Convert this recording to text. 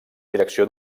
direcció